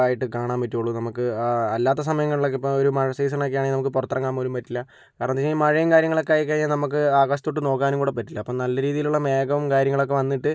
ആയിട്ട് കാണാൻ പറ്റൂകയുള്ളൂ നമുക്ക് അല്ലാത്ത സമയങ്ങളിലൊക്കെ ഇപ്പോൾ ഒരു മഴ സീസണൊക്കെ ആണെങ്കിൽ നമുക്ക് പുറത്തിറങ്ങാൻ പോലും പറ്റില്ല കാരണമെന്ന് വെച്ചാൽ മഴയും കാര്യങ്ങളൊക്കെ ആയി കഴിഞ്ഞാൽ നമുക്ക് ആകാശത്തോട്ട് നോക്കാനും കൂടെ പറ്റില്ല അപ്പോൾ നല്ല രീതിയിലുള്ള മേഘവും കാര്യങ്ങളൊക്കെ വന്നിട്ട്